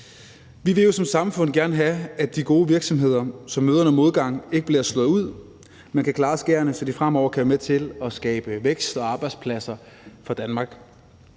Vi vil jo som samfund gerne have, at de gode virksomheder, som møder noget modgang, ikke bliver slået ud, men kan klare skærene, så de fremover kan være med til at skabe vækst og arbejdspladser for Danmark.